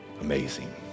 amazing